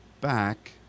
back